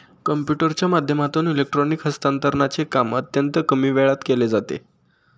कम्प्युटरच्या माध्यमातून इलेक्ट्रॉनिक हस्तांतरणचे काम अत्यंत कमी वेळात केले जाते